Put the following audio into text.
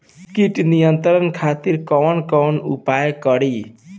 कीट नियंत्रण खातिर कवन कवन उपाय करी?